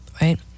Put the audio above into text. Right